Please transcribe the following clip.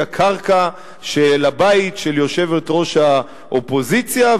הקרקע של הבית של יושבת-ראש האופוזיציה,